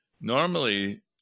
Normally